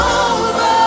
over